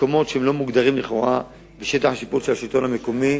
מקומות שלא מוגדרים לכאורה בשטח השיפוט של השלטון המקומי,